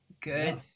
Good